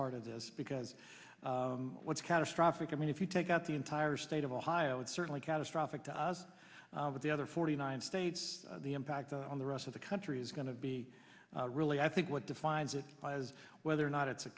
part of this because what's catastrophic i mean if you take out the entire state of ohio it's certainly catastrophic to us but the other forty nine states the impact on the rest of the country is going to be really i think what defines it as whether or not it's a